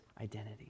identity